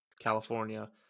California